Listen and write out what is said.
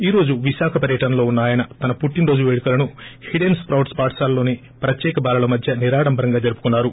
ఈ రోజు విశాఖ పర్యటనలో వున్న ఆయన తన పుట్టినరోజు పేడుకలను హిడెన్ స్పొట్స్ పాఠశాలోని ప్రత్యేక బాలల మధ్య నిరాడంబరంగా జరుపుకున్నారు